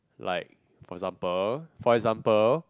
like for example for example